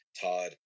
Todd